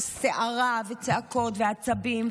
סערה וצעקות ועצבים,